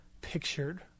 pictured